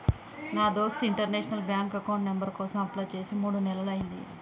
నా దోస్త్ international bank account number కోసం అప్లై చేసి మూడు నెలలయ్యింది